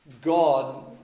God